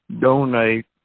donate